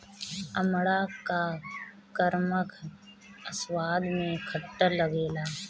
अमड़ा या कमरख स्वाद में खट्ट लागेला